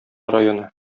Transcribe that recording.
районы